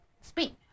speak